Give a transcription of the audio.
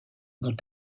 bout